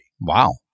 Wow